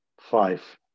five